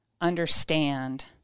understand